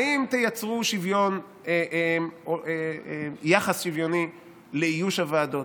האם תייצרו יחס שוויוני לאיוש הוועדות,